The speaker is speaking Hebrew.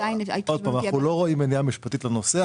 --- אנחנו לא רואים מניעה משפטית לנושא.